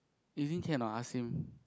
you think can or not ask him